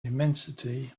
immensity